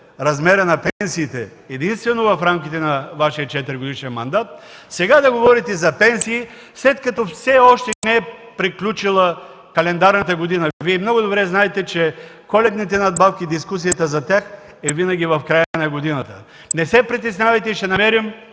размера на пенсиите единствено в рамките на Вашия 4-годишен мандат, сега да говорите за пенсии, след като все още не е приключила календарната година, Вие много добре знаете, че коледните надбавки и дискусията за тях е винаги в края на годината. Не се притеснявайте, ще намерим